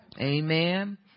Amen